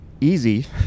easy